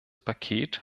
paket